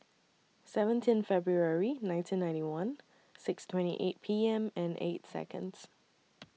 seventeen February nineteen ninety one six twenty eight P M and eight Seconds